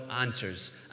answers